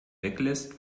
weglässt